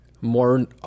more